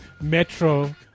Metro